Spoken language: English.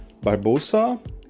Barbosa